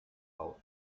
auf